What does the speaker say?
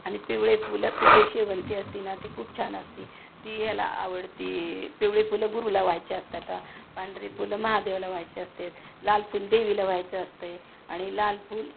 आणि पिवळे फुलं पिवळे शेवंती असते ना ती खूप छान असते ती ह्याला आवडते पिवळे फुलं गुरूला वहायचे असतात पांढरी फुलं महादेवाला वहायचे असतात लाल फुल देवीला वहायचं असते आणि लाल फुल